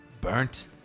Burnt